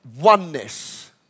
oneness